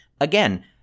Again